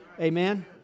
Amen